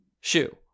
shoe